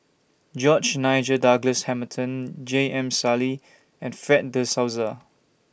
George Nigel Douglas Hamilton J M Sali and Fred De Souza